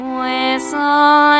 whistle